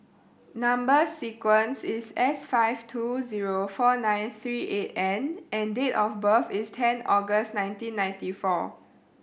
number sequence is S five two zero four nine three eight N and date of birth is ten August nineteen ninety four